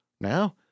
Now